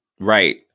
Right